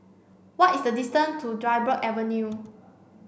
what is the distance to Dryburgh Avenue